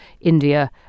India